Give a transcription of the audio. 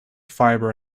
fibre